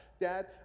Dad